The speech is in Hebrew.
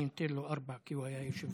אני נותן לו ארבע, כי הוא היה יושב-ראש.